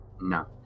no